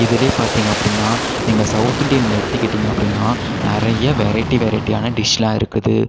இதில் பார்த்தீங்க அப்படின்னா நீங்கள் சௌத் இண்டியன் எடுத்துக்கிட்டீங்க அப்படின்னா நிறைய வெரைட்டி வெரைட்டியான டிஷ்லாம் இருக்குது